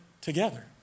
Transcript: together